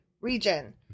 region